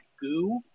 goo